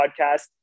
podcast